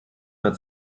mehr